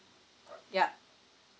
yup